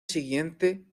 siguiente